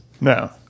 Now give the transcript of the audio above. no